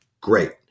great